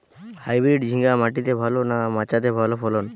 Hybrid ঝিঙ্গা মাটিতে ভালো না মাচাতে ভালো ফলন?